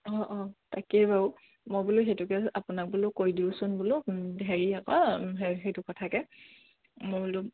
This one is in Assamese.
অঁ অঁ তাকেই বাৰু মই বোলো সেইটোকে আপোনাক বোলো কৈ দিওঁচোন বোলো হেৰি আকৌ সেইটো কথাকে মই বোলো